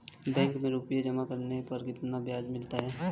Bank में रुपये जमा करने पर कितना ब्याज मिलता है?